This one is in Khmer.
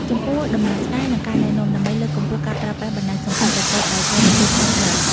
ចំពោះដំណោះស្រាយ និងការណែនាំ ដើម្បីលើកកម្ពស់ការប្រើប្រាស់បណ្តាញសង្គមប្រកបដោយការទទួលខុសត្រូវ។